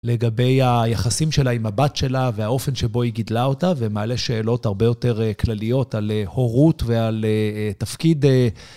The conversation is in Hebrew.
לגבי היחסים שלה עם הבת שלה, והאופן שבו היא גידלה אותה, ומעלה שאלות הרבה יותר כלליות על הורות ועל תפקיד...